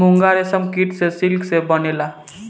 मूंगा रेशम कीट से सिल्क से बनेला